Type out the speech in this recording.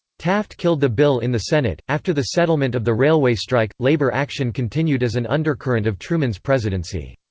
taft killed the bill in the senate after the settlement of the railway strike, labor action continued as an undercurrent of truman's presidency.